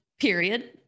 period